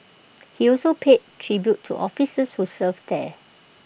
he also paid tribute to officers who served there